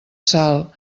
sal